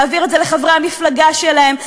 להעביר את זה לחברי המפלגה שלהם,